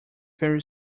very